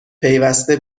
پیوسته